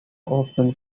open